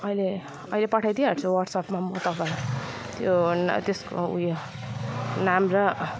अहिले अहिले पठाइदिइहाल्छु व्हाट्सएप्पमा म तपाईँलाई त्यो ना त्यसको ऊ यो नाम र